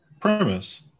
premise